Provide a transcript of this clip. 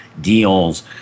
deals